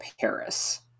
Paris